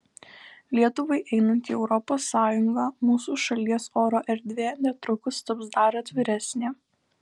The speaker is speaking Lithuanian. lietuvai einant į europos sąjungą mūsų šalies oro erdvė netrukus taps dar atviresnė